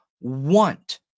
want